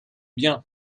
bien